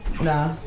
Nah